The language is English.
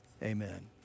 Amen